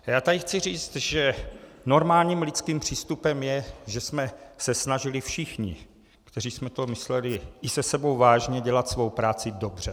Já tady chci říct, že normálním lidským přístupem je, že jsme se snažili všichni, kteří jsme to mysleli i se sebou vážně, dělat svou práci dobře.